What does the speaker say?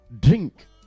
drink